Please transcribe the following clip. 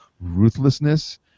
ruthlessness